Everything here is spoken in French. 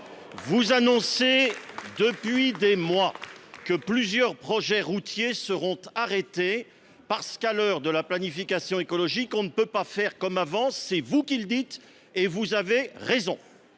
Vous annoncez depuis des mois que plusieurs projets routiers seront arrêtés parce que, à l’heure de la planification écologique, on ne peut plus faire comme avant : c’est vous qui le dites, et vous avez raison